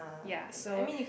ya so